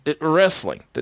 wrestling